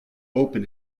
open